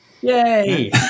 Yay